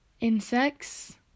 insects